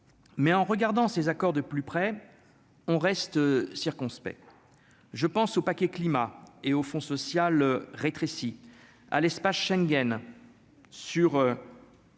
mais en regardant ces accords de plus près, on reste circonspect, je pense au paquet climat-et au fond social rétréci à l'espace Schengen sur.